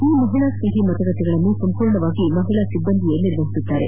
ಈ ಮಹಿಳಾ ಸ್ನೇಟಿ ಮತಗಟ್ಟೆಗಳನ್ನು ಸಂಪೂರ್ಣವಾಗಿ ಮಹಿಳಾ ಸಿಬ್ಬಂದಿಯೇ ನಿರ್ವಹಿಸಲಿದ್ದಾರೆ